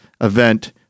event